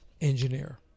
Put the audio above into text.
engineer